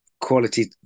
quality